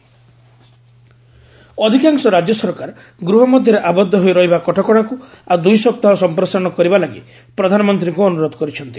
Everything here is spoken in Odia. ପିଏମ୍ ଷ୍ଟେଟ୍ ଅଧିକାଂଶ ରାଜ୍ୟ ସରକାର ଗୃହ ମଧ୍ୟରେ ଆବଦ୍ଧ ହୋଇ ରହିବା କଟକଣାକୁ ଆଉ ଦୁଇ ସପ୍ତାହ ସଂପ୍ରସାରଣ କରିବା ଲାଗି ପ୍ରଧାନମନ୍ତ୍ରୀଙ୍କୁ ଅନୁରୋଧ କରିଛନ୍ତି